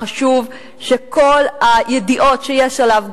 חשוב שכל הידיעות שיש עליו,